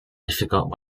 difficult